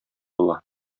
була